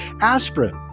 Aspirin